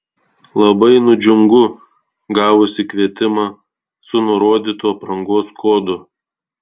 labai nudžiungu gavusi kvietimą su nurodytu aprangos kodu